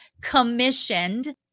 commissioned